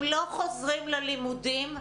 אם לא חוזרים ללימודים,